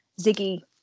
Ziggy